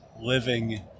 living